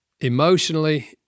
emotionally